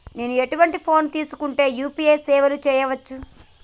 నేను ఎటువంటి ఫోన్ తీసుకుంటే యూ.పీ.ఐ సేవలు చేయవచ్చు?